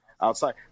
outside